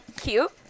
cute